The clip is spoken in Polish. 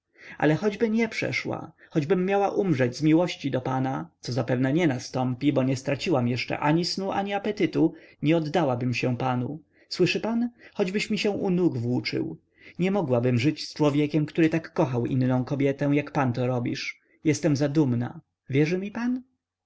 ale choćby nie przeszła choćbym miała umrzeć z miłości dla pana co zapewne nie nastąpi bo nie straciłam jeszcze ani snu ani apetytu nie oddałabym się panu słyszy pan choćbyś mi się u nóg włóczył nie mogłabym żyć z człowiekiem który tak kochał inną kobietę jak pan to robisz jestem zadumna wierzy mi pan